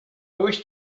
wish